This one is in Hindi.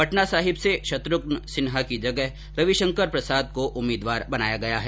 पटना साहिब से शत्रुघ्न सिन्हा की जगह रविशंकर प्रसाद को उम्मीदवार बनाया गया है